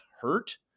hurt